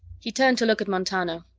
he turned to look at montano.